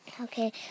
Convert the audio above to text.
Okay